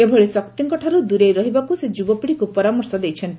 ଏଭଳି ଶକ୍ତିଗୁଡ଼ିକଠାରୁ ଦୂରେଇ ରହିବାକୁ ସେ ଯୁବପିଢ଼ିକୁ ପରାମର୍ଶ ଦେଇଛନ୍ତି